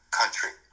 country